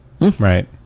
Right